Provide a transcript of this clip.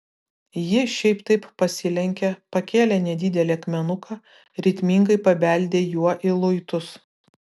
ji šiaip taip pasilenkė pakėlė nedidelį akmenuką ritmingai pabeldė juo į luitus